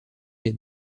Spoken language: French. les